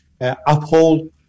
uphold